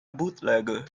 bootlegger